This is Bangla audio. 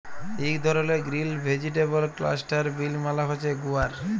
ইক ধরলের গ্রিল ভেজিটেবল ক্লাস্টার বিল মালে হছে গুয়ার